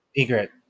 Egret